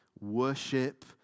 Worship